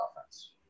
offense